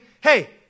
Hey